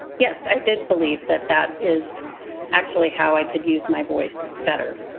yes, i did believe that that is actually how i could use my voice better.